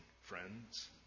friends